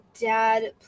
dad